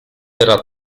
era